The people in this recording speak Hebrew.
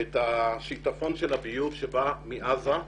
את השיטפון של הביוב שבא מעזה,